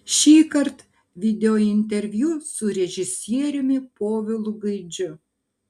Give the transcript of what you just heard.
šįkart videointerviu su režisieriumi povilu gaidžiu